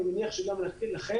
אני מניח גם לכם,